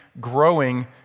growing